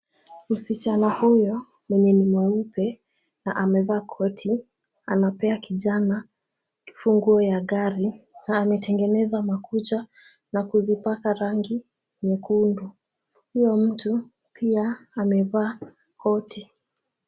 Msichana huyo mwenye ni mweupe na amevaa koti anapea kijana kifunguo ya gari na ametengeneza makucha na kuzipaka rangi nyekundu. Huyo mtu pia amevaa koti.